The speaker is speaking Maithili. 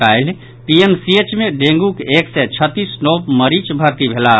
काल्हि पीएमसीएम मे डेंगूक एक सय छत्तीस नव मरीज भर्ती भेलाह